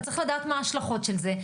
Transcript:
אתה צריך לדעת מה ההשלכות של זה.